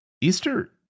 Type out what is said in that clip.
Easter